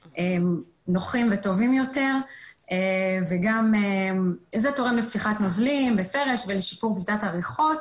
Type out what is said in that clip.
נוחים וטובים יותר וגם זה תורם לספיחת נוזלים ופרש ולשיפור פליטת הריחות.